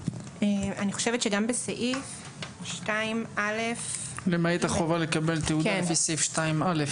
אני חושבת שגם בסעיף 2א --- "למעט החובה לקבל תעודה לפי סעיף 2א". כן.